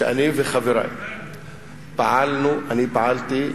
שאני וחברי פעלנו, אני פעלתי,